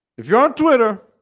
if you're on twitter